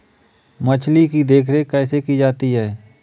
मछली की देखरेख कैसे की जाती है?